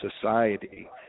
society